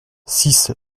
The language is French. six